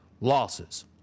losses